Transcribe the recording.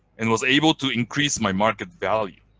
and was able to increase my market value,